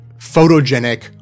photogenic